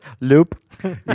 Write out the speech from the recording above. Loop